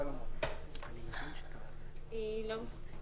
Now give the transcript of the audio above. אנחנו מבינים שאדוני לא התנגד לזה,